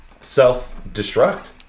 self-destruct